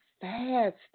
fast